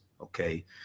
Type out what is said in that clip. Okay